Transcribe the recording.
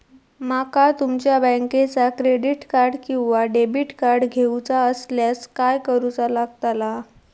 माका तुमच्या बँकेचा क्रेडिट कार्ड किंवा डेबिट कार्ड घेऊचा असल्यास काय करूचा लागताला?